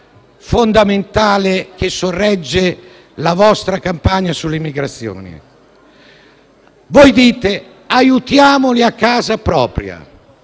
fondamentale che sorregge la vostra campagna sull'immigrazione. Voi dite: aiutiamoli a casa propria.